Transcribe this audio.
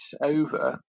over